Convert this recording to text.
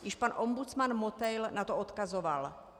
Již pan ombudsman Motejl na to odkazoval.